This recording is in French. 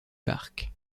parc